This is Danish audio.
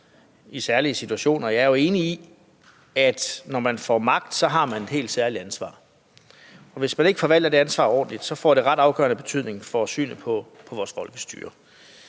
i særlige situationer. Jeg er enig i, at når man får magt, har man et helt særligt ansvar, og hvis man ikke forvalter det ansvar ordentligt, får det ret afgørende betydning for synet på vores folkestyre.